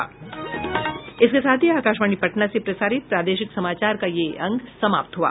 इसके साथ ही आकाशवाणी पटना से प्रसारित प्रादेशिक समाचार का ये अंक समाप्त हुआ